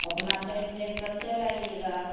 अपना टाइम देख कर चल आइएगा